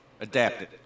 adapted